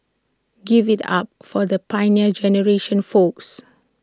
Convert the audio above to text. give IT up for the Pioneer Generation folks